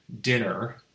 dinner